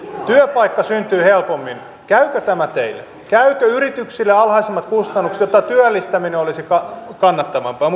työpaikka syntyy helpommin käykö tämä teille käykö yrityksille alhaisemmat kustannukset jotta työllistäminen olisi kannattavampaa